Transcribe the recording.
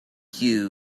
you